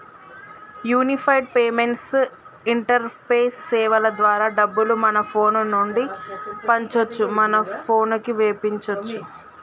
unified payments interface సేవల ద్వారా డబ్బులు మన ఫోను నుండి పంపొచ్చు మన పోనుకి వేపించుకోచ్చు